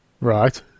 Right